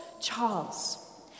Charles